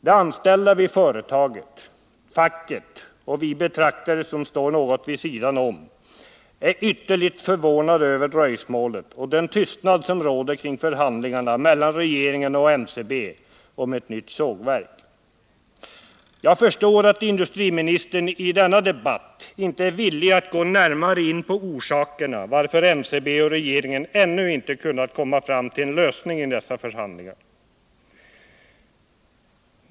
De anställda vid företaget, facket och vi betraktare som står något vid sidan om är ytterligt förvånade över dröjsmålet och den tystnad som råder kring förhandlingarna mellan regeringen och NCB om ett nytt sågverk. Jag 181 förstår att industriministern i denna debatt inte är villig att gå närmare in på orsakerna till att NCB och regeringen ännu inte kunnat komma fram till en lösning i dessa förhandlingar.